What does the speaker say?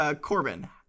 corbin